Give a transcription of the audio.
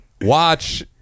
watch